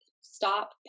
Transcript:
stop